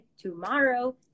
tomorrow